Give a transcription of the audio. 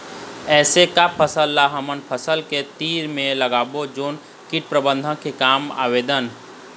ऐसे का फसल ला हमर फसल के तीर मे लगाबो जोन कीट प्रबंधन के काम आवेदन?